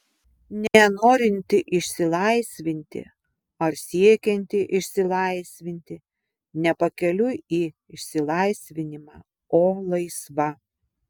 ne norinti išsilaisvinti ar siekianti išsilaisvinti ne pakeliui į išsilaisvinimą o laisva